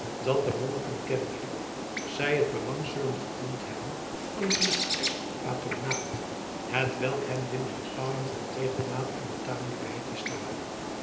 dat de monniken kenmerkt zij het belang zullen gevoeld hebben van een gestreng patronaat hetwelk hen binnen de palen van regelmaat en betamelijkheid wist te houden